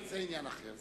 זה עניין אחר.